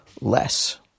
less